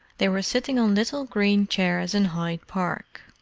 they were sitting on little green chairs in hyde park.